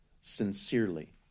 Sincerely